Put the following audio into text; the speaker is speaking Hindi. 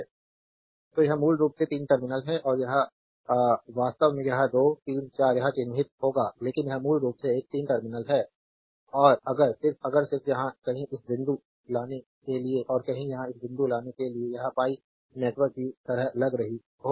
स्लाइड समय देखें 0225 तो यह मूल रूप से 3 टर्मिनल है और एक यह वास्तव में यह है 2 3 4 यह चिह्नित होगा लेकिन यह मूल रूप से एक 3 टर्मिनल है और अगर सिर्फ अगर सिर्फ यहां कहीं इस बिंदु लाने के लिए और कहीं यहां इस बिंदु लाने के लिए यह एक pi नेटवर्क की तरह लग रही हो